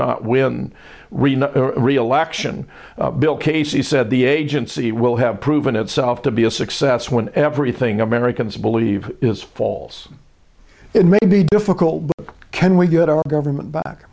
not win reelection bill casey said the agency will have proven itself to be a success when everything americans believe is false it may be difficult but can we get our government back